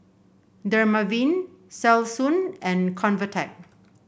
Dermaveen Selsun and Convatec